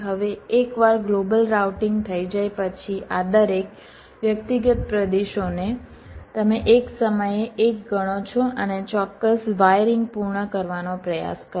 હવે એકવાર global routing થઈ જાય પછી આ દરેક વ્યક્તિગત પ્રદેશોને તમે એક સમયે 1 ગણો છો અને ચોક્કસ વાયરિંગ પૂર્ણ કરવાનો પ્રયાસ કરો